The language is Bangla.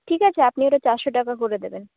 ঠিক আছে আপনি ওটা চারশো টাকা করে দেবেন